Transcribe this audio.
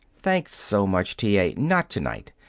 thanks so much, t. a. not to-night.